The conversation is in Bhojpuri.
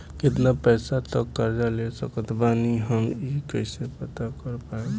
केतना पैसा तक कर्जा ले सकत बानी हम ई कइसे पता कर पाएम?